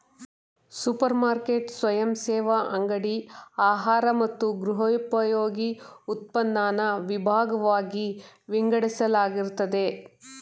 super market ಸ್ವಯಂಸೇವಾ ಅಂಗಡಿ ಆಹಾರ ಮತ್ತು ಗೃಹೋಪಯೋಗಿ ಉತ್ಪನ್ನನ ವಿಭಾಗ್ವಾಗಿ ವಿಂಗಡಿಸಲಾಗಿರ್ತದೆ